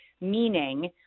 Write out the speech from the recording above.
meaning